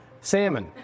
Salmon